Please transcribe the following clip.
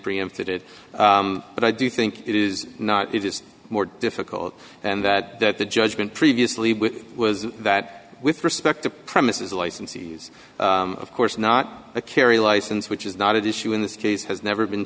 preempted it but i do think it is not it is more difficult and that that the judgment previously with was that with respect to premises licensees of course not a carry license which is not at issue in this case has never been